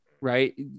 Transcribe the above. right